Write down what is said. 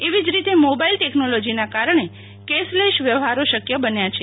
એવી જ રીતે મોબાઈલ ટેકનોલોજીના કારણે કેસલેશ વ્યવહારો શક્ય બન્યા છે